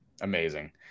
amazing